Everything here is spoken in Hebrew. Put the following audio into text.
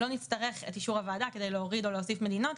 לא נצטרך את אישור הוועדה כדי להוסיף או לגרוע מדינות.